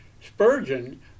Spurgeon